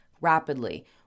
rapidly